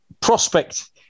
Prospect